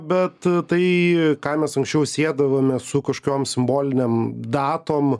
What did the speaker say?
bet tai ką mes anksčiau siedavome su kažkokiom simbolinėm datom